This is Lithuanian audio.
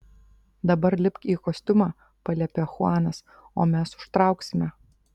dabar lipk į kostiumą paliepė chuanas o mes užtrauksime